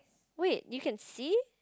wait you can see